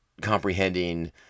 comprehending